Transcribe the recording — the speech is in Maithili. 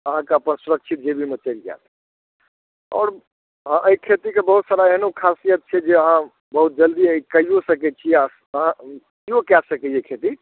अहाँकेँ अपन सुरक्षित जेबीमे चलि जायत आओर हँ एहि खेतीके बहुत सारा एहनो खासियत छै जे अहाँ बहुत जल्दी ई कैयो सकै छी आ अहाँ किओ कए सकैए ई खेती